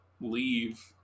leave